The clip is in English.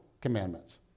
commandments